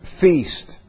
feast